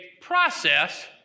process